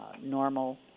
normal